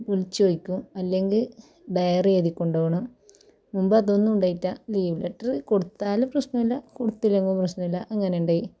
വിളിച്ചു ചോദിക്കും അല്ലെങ്കിൽ ഡയറി എഴുതി കൊണ്ടോണം മുമ്പ് അതൊന്നും ഉണ്ടായിറ്റാ ലീവ് ലെറ്ററ് കൊടുത്താൽ പ്രശ്നുല്ല കൊടുത്തില്ലെങ്കും പ്രശ്നുല്ല അങ്ങനെയിണ്ടായി